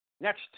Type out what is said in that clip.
next